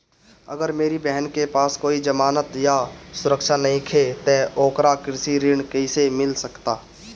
अगर मेरी बहन के पास कोई जमानत या सुरक्षा नईखे त ओकरा कृषि ऋण कईसे मिल सकता?